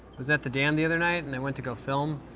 was at the dam the other night and i went to go film.